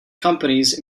companies